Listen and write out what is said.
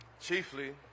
Chiefly